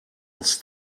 els